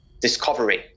discovery